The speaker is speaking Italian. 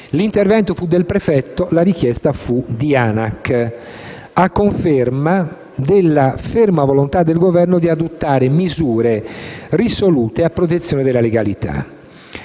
L'intervento fu del prefetto, la richiesta fu dell'ANAC a conferma della ferma volontà del Governo di adottare misure risolute a protezione della legalità.